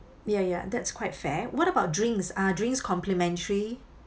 ya ya that's quite fair what about drinks are drinks complimentary